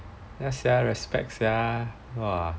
ya sia respect sia !walao!